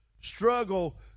struggle